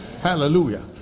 hallelujah